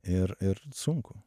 ir ir sunku